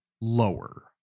lower